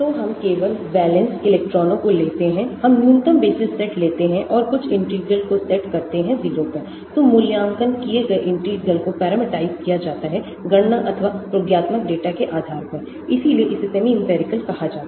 तो हम केवल वैलेंस इलेक्ट्रॉनों को लेते हैं हम न्यूनतम बेसिस सेट लेते हैं और कुछ इंटीग्रल्स को सेट करते हैं0 पर तो मूल्यांकन किए गए इंटीग्रल्स को पैरामीट्राइज किया जाता है गणना अथवा प्रयोगात्मक डेटा के आधार पर इसीलिए इसे सेमी इंपिरिकल कहा जाता है